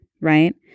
right